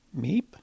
Meep